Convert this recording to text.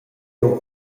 jeu